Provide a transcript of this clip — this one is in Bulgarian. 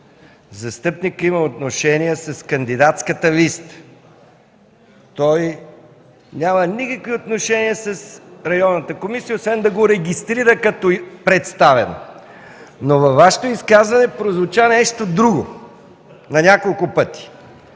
Застъпникът има отношения с кандидатската листа, той няма никакви отношения с районната комисия, освен да го регистрира като представен. Но във Вашето изказване прозвуча нещо друго на няколко пъти.